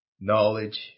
knowledge